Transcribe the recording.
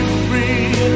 free